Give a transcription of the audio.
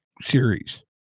series